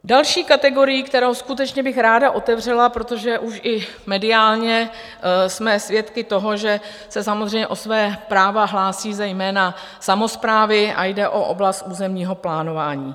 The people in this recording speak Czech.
Další kategorií, kterou skutečně bych ráda otevřela, protože už i mediálně jsme svědky toho, že se samozřejmě o svá práva hlásí zejména samosprávy, je oblast územního plánování.